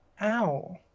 Ow